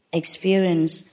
experience